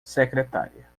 secretária